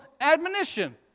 admonition